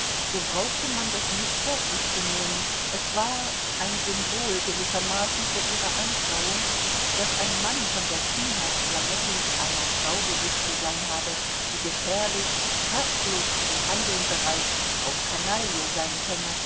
so brauchte man das nicht wörtlich zu nehmen es war ein symbol gewissermaßen für ihre anschauung daß ein mann von der kühnheit flamettis einer frau gewiß zu sein habe die gefährlich herzlos zum handeln bereit auch kanaille sein könne